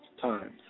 times